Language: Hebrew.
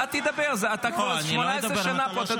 תדבר, אתה כבר 18 שנה פה,